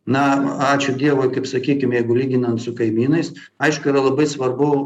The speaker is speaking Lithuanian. na ačiū dievui kaip sakykim jeigu lyginant su kaimynais aišku yra labai svarbu